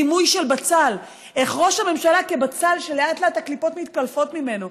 דימוי של בצל: ראש הממשלה כבצל שלאט-לאט הקליפות מתקלפות ממנו.